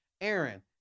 Aaron